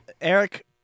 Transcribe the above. eric